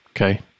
Okay